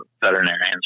veterinarians